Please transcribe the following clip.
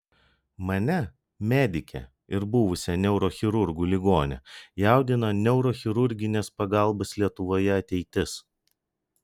mane medikę ir buvusią neurochirurgų ligonę jaudina neurochirurginės pagalbos lietuvoje ateitis